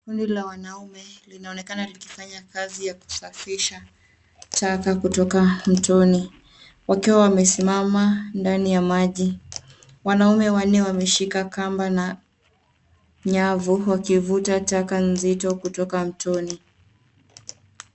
Kundi la wanaume linaonekana likifanya kazi ya kusafisha taka kutoka mtoni wakiwa wamesimama ndani ya maji. Wanaume wanne wameshika kamba na nyavu wavikuta taka nzito kutoka mtoni.